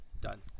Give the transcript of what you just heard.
Done